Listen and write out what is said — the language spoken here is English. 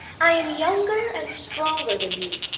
i am younger and stronger than you.